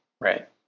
Right